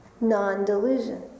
non-delusion